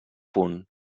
punt